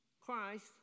Christ